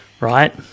right